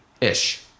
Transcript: Ish